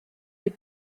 des